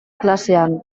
klasean